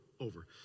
over